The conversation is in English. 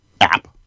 app